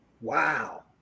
Wow